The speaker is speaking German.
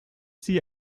sie